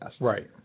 right